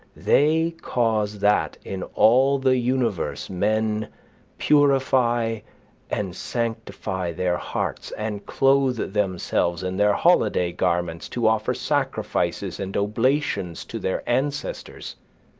they cause that in all the universe men purify and sanctify their hearts, and clothe themselves in and their holiday garments to offer sacrifices and oblations to their ancestors.